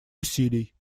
усилий